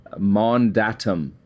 mandatum